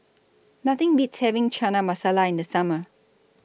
Nothing Beats having Chana Masala in The Summer